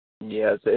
Yes